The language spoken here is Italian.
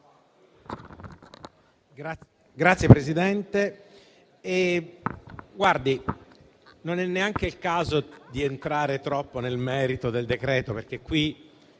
Grazie, Presidente.